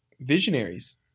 visionaries